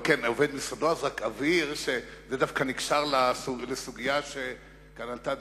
אבהיר שזה דווקא נקשר לסוגיה שעלתה כאן